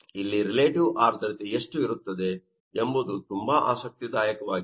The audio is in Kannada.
ಆದ್ದರಿಂದ ಇಲ್ಲಿ ರಿಲೇಟಿವ್ ಆರ್ದ್ರತೆ ಎಷ್ಟು ಇರುತ್ತದೆ ಎಂಬುದು ತುಂಬಾ ಆಸಕ್ತಿದಾಯಕವಾಗಿದೆ